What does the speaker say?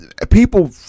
People